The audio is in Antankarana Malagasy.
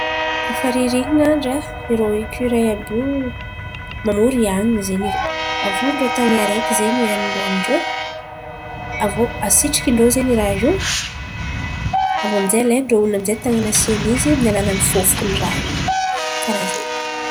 Koa fa ririniny irô ekiray àby io mamory hanin̈y zen̈y rô avorin-drô tany araiky ze hanin̈y oanin-drô aviô asitrikin-drô ze raha io. Aviô alain-drô onon̈o aminjay tany an̈asiany izy amin’ny alalan’ny fofoko ny raha io, karà zen̈y.